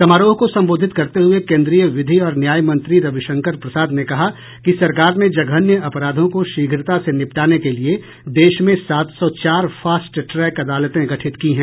समारोह को संबोधित करते हये कोन्द्रीय विधि और न्याय मंत्री रविशंकर प्रसाद ने कहा कि सरकार ने जघन्य अपराधों को शीघ्रता से निपटाने के लिए देश में सात सौ चार फास्ट ट्रैक अदालतें गठित की हैं